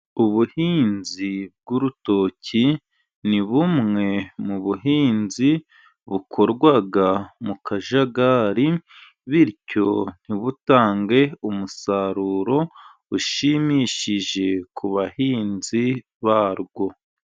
Ubuhinzi bw'urutoki ni bumwe mu buhinzi bukorwa mu kajagari, bityo ntibutange umusaruro ushimishije ku bahinzi barwo.